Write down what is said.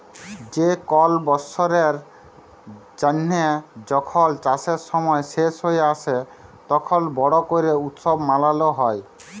যে কল বসরের জ্যানহে যখল চাষের সময় শেষ হঁয়ে আসে, তখল বড় ক্যরে উৎসব মালাল হ্যয়